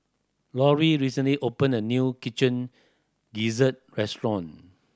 Laurie recently opened a new kitchen gizzard restaurant